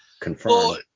confirmed